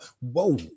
Whoa